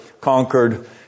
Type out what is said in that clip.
conquered